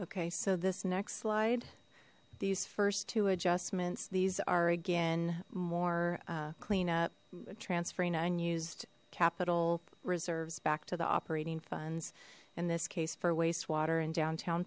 okay so this next slide these first two adjustments these are again more clean up transferring unused capital reserves back to the operating funds in this case for wastewater in downtown